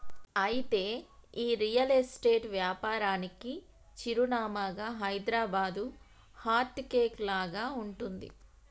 అయితే ఈ real estate వ్యాపారానికి చిరునామాగా హైదరాబాదు హార్ట్ కేక్ లాగా ఉంటుంది